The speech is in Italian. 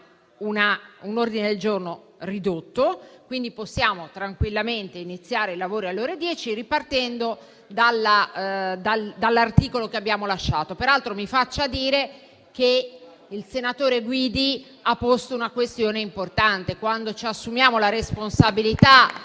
un ordine del giorno ridotto, per cui possiamo tranquillamente iniziare il lavoro alle ore 10, ripartendo dall'articolo che abbiamo lasciato. Peraltro mi faccia dire che il senatore Guidi ha posto una questione importante: quando ci assumiamo la responsabilità